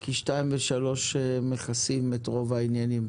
כי (2) ו-(3) מכסים את רוב העניינים.